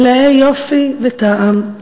מלאי יופי וטעם.